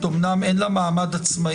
הרשות להגנת הפרטיות, אמנם אין לה מעמד עצמאי,